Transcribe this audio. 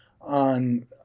on